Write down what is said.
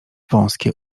wąskie